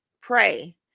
pray